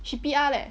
she P_R leh